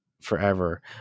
forever